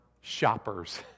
shoppers